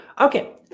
Okay